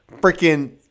Freaking